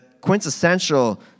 quintessential